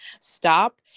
stop